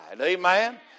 Amen